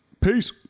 Peace